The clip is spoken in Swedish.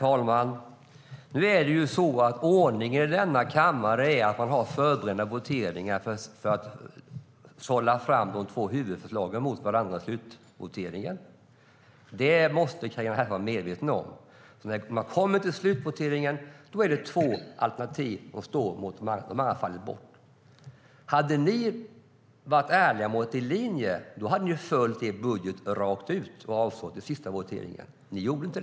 Herr talman! Ordningen i kammaren är att vi har förberedande voteringar för att sålla fram de två huvudförslagen i slutvoteringen. Detta måste Carina Herrstedt vara medveten om. När vi kommer till slutvoteringen återstår två alternativ; de andra har fallit bort. Hade ni varit ärliga mot er linje hade ni följt er budget hela vägen och avstått i sista voteringen, men det gjorde ni inte.